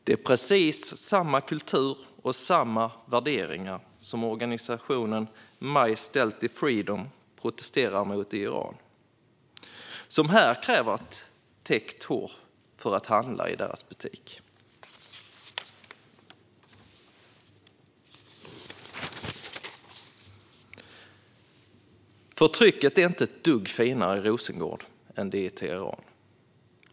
Det är precis samma kultur och samma värderingar som organisationen My Stealthy Freedom protesterar mot i Iran som här kräver täckt hår hos den som vill handla i deras butik. Förtrycket är inte ett dugg finare i Rosengård än det är i Teheran.